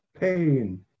pain